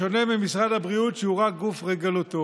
בשונה ממשרד הבריאות, שהוא רק גוף רגולטורי.